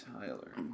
Tyler